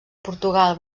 portugal